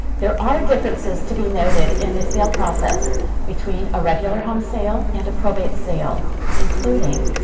there are differences to be noted in the sale process between a regular home sale and a probate sale including